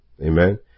Amen